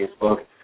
Facebook